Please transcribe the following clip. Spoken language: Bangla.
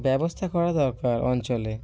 ব্যবস্থা করা দরকার অঞ্চলে